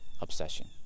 obsession